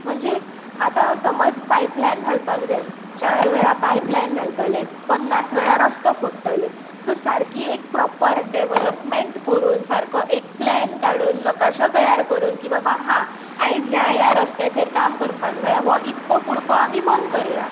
म्हणजे आतां समज पायपलायन घालपाक जाय चार वेळा पायपलायन घालतले पन्नास वेळार रस्तो फोडटले सो सारकी एक प्रोपर डेवलाॅपमेंट करून सारको एक प्लॅन काडून नकाशो तयार करून की बाबा हां आयज ह्या ह्या रस्त्याचेर काम करपाक जाय हो इतको कुडको आमी बंद करया